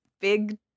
big